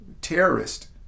Terrorist